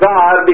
God